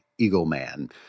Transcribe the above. Eagleman